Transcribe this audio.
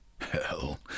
Hell